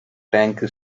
tank